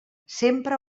sempre